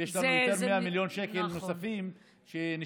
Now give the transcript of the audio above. ויש לנו יותר מ-100 שקל נוספים שנשארו,